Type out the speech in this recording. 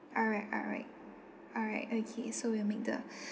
alright alright alright okay so we'll make the